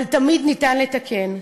אבל תמיד אפשר לתקן.